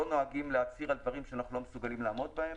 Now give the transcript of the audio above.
נוהגים להצהיר על דברים שאנחנו לא מסוגלים לעמוד בהם.